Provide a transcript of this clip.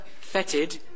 fetid